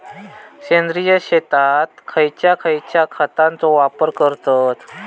सेंद्रिय शेतात खयच्या खयच्या खतांचो वापर करतत?